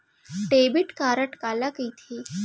Debit card काला कहिथे?